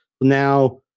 Now